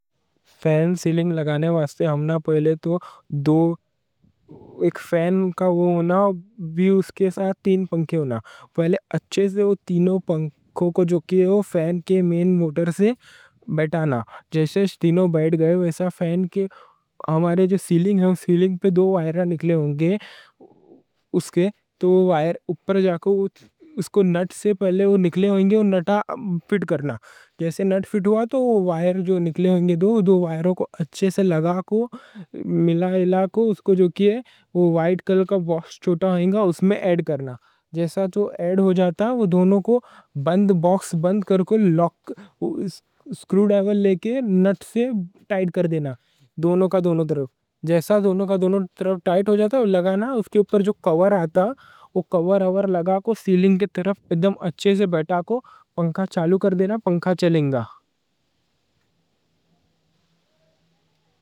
فین سیلنگ لگانے واسطے ہمنا پہلے تو دو ایک فین کا وہ ہونا، بھی اس کے ساتھ تین پنکھے ہونا۔ پہلے اچھے سے وہ تینوں پنکھوں کو جو کہ وہ فین کے مین موٹر سے بیٹھانا، جیسے تینوں بیٹھ گئے ویسا۔ فین کے ہمارے جو سیلنگ ہے، سیلنگ پہ دو وائر نکلے ہونگے، اس کے تو وہ وائر اوپر جا کو، اس کو نٹ سے پہلے وہ نکلے ہونگے۔ اور نٹ فٹ کرنا، جیسے نٹ فٹ ہوا تو وہ وائر جو نکلے ہونگے، دو دو وائروں کو اچھے سے لگا کو ملا کو۔ اس کو جو کی ہے وہ وائٹ کلر کا باکس چھوٹا ہونگا، اس میں ایڈ کرنا، جیسا ایڈ ہو جاتا وہ دونوں کو بند، باکس بند کر کو۔ اسکرو ڈرایور لے کو نٹ سے ٹائٹ کر دینا دونوں کا دونوں طرف، جیسا دونوں کا دونوں طرف ٹائٹ ہو جاتا، لگا پیچ۔ اس کے اوپر جو کور آتا، وہ کور لگا کو سیلنگ کے طرف اچھے سے بیٹھا کو پنکھا چالو کر دینا، پنکھا چلیں گا۔